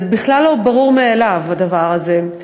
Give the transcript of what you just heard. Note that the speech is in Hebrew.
זה בכלל לא ברור מאליו, הדבר הזה.